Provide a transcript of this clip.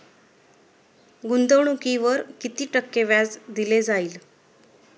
गुंतवणुकीवर किती टक्के व्याज दिले जाईल?